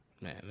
Man